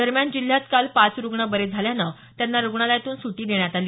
दरम्यान जिल्ह्यात काल पाच रुग्ण बरे झाल्यानं त्यांना रुग्णालयातून सुटी देण्यात आली